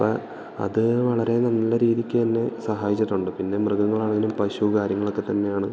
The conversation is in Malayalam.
അപ്പം അത് വളരെ നല്ല രീതിക്ക് തന്നെ സഹായിച്ചിട്ടുണ്ട് പിന്നെ മൃഗങ്ങളാണെങ്കിലും പശു കാര്യങ്ങളൊക്കെ തന്നെയാണ്